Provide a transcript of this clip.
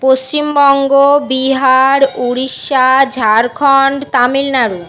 Paschimbanga Bihar Orissa Jharkhand Tamil Nadu